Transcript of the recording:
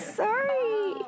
sorry